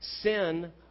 sin